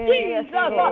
Jesus